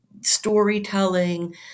storytelling